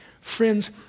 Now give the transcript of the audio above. Friends